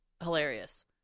Hilarious